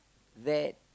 that